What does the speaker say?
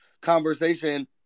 conversation